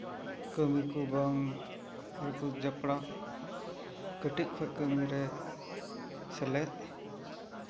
ᱠᱟᱹᱢᱤ ᱠᱚᱨᱮ ᱵᱟᱝ ᱡᱚᱯᱲᱟᱜ ᱠᱟᱹᱴᱤᱡ ᱠᱷᱚᱱ ᱠᱟᱹᱢᱤᱨᱮ ᱥᱮᱞᱮᱫ